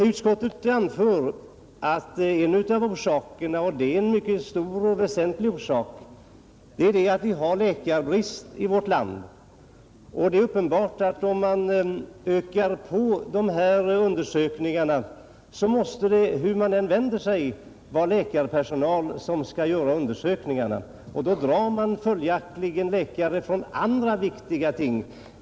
Utskottet skriver att en av orsakerna till att alla barn inte blir hälsoundersökta — och det är en mycket stor och väsentlig orsak — är att det råder läkarbrist här i landet. Det är uppenbart att om vi utökar denna undersökningsverksamhet måste det, hur man än vänder sig, vara läkare som skall göra undersökningarna, och då dras läkarna från andra viktiga uppgifter.